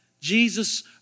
Jesus